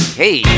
hey